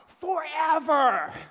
forever